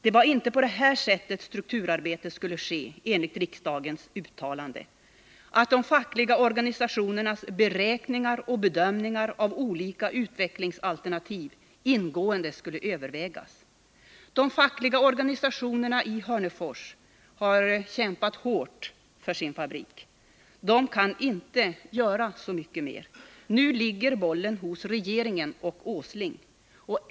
Det var inte på detta sätt som strukturarbetet skulle ske. Riksdagen uttalade ju att de fackliga organisationernas beräkningar och bedömningar av olika utvecklingsalternativ ingående skulle övervägas. De fackliga organisationerna i Hörnefors har kämpat hårt för sin fabrik. De kan inte göra så mycket mera. Nu ligger bollen hos regeringen.